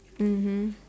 mmhmm